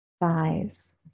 thighs